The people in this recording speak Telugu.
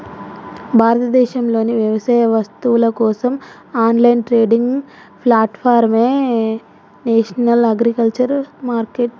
భారతదేశంలోని వ్యవసాయ వస్తువుల కోసం ఆన్లైన్ ట్రేడింగ్ ప్లాట్ఫారమే నేషనల్ అగ్రికల్చర్ మార్కెట్